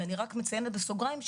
ואני רק מציינת בסוגריים,